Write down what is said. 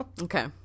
Okay